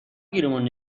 گیرمون